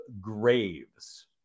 Graves